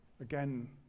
again